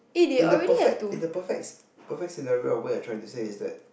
in the perfect in the perfect perfect scenario where you're trying to say is that